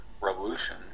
revolution